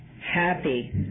happy